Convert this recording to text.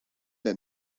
der